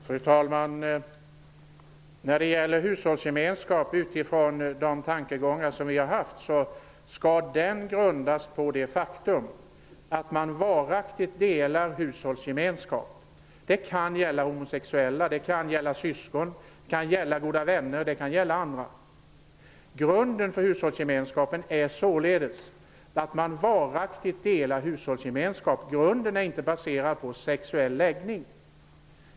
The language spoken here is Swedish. Fru talman! De tankegångar som vi har haft när det gäller en lagstiftning om hushållsgemenskap är att den skall grundas på det faktum att man varaktigt delar hushåll. Det kan gälla homosexuella, det kan gälla syskon, det kan gälla goda vänner och det kan gälla andra. Grunden för hushållsgemenskapen är således att man varaktigt delar hushåll. Hushållsgemenskapen är inte baserad på sexuell läggning.